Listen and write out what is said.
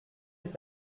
est